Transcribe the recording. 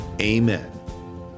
Amen